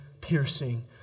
piercing